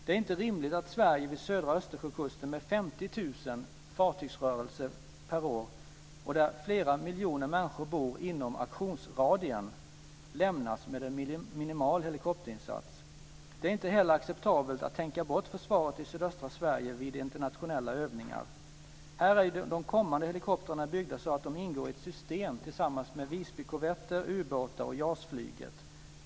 Det är inte rimligt att Sverige vid södra Östersjökusten, med 50 000 fartygsrörelser per år och där flera miljoner människor bor inom aktionsradien, lämnas med en minimal helikopterinsats. Det är inte heller acceptabelt att tänka bort försvaret i sydöstra Sverige vid internationella övningar. Här är ju de kommande helikoptrarna byggda så att de ingår i ett system tillsammans med Visbykorvetter, ubåtar och JAS-flyget.